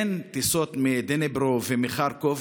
אין טיסות מדניפרו ומחרקוב,